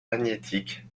magnétique